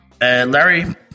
Larry